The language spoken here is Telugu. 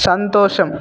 సంతోషం